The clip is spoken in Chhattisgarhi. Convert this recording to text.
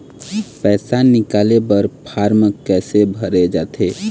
पैसा निकाले बर फार्म कैसे भरे जाथे?